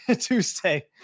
Tuesday